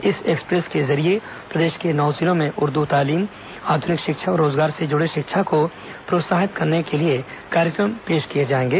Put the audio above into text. इस एक्सप्रेस के जरिये प्रदेश के नौ जिलों में उर्द तालीम आध्निक शिक्षा और रोजगार से जुड़े शिक्षा को प्रोत्साहित करने के लिए कार्यक्रम प्रस्तुत किए जाएंगे